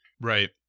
Right